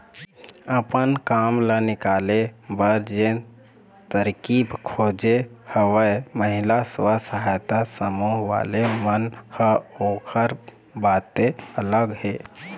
अपन काम ल निकाले बर जेन तरकीब खोजे हवय महिला स्व सहायता समूह वाले मन ह ओखर बाते अलग हे